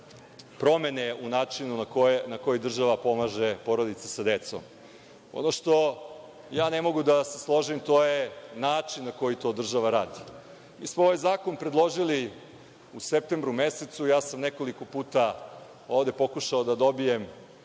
promene u načinu na koji država pomaže porodici sa decom. Ono u čemu ne mogu da se složim jeste način na koji to država radi. Ovaj zakon smo predložili u septembru mesecu. Ja sam nekoliko puta ovde pokušao da dobijem